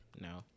no